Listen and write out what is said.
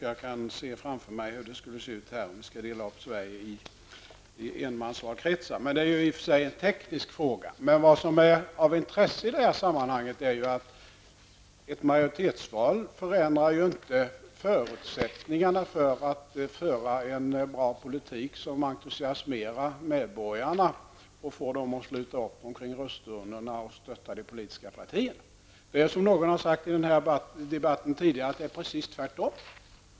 Jag kan se framför mig hur det skulle se ut om vi skulle dela upp Sverige i enmansvalkretsar. Det är i och för sig en teknisk fråga. Det som är av intresse i detta sammanhang är att ett majoritetsval inte förändrar förutsättningarna för att föra en bra politik som entusiasmerar medborgarna och får dem att sluta upp kring rösturnorna och stötta de politiska partierna. Det är, som någon har sagt tidigare i debatten, precis tvärtom.